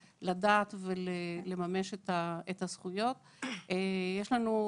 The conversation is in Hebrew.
לדעת ולממש את הזכויות זה לא תמיד אותו דבר.